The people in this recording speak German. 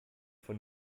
von